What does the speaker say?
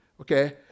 Okay